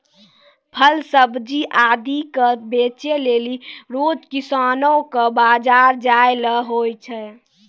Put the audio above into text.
फल सब्जी आदि क बेचै लेलि रोज किसानो कॅ बाजार जाय ल होय छै